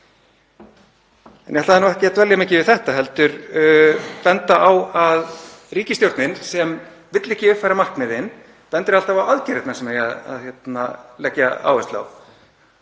En ég ætlaði nú ekki að dvelja mikið við þetta heldur benda á að ríkisstjórnin, sem vill ekki uppfæra markmiðin, bendir alltaf á aðgerðirnar sem eigi að leggja áherslu á